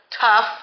Tough